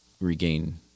regain